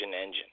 engine